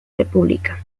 república